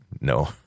No